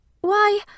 why